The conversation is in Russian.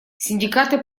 синдикаты